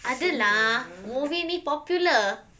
ada lah movie ni popular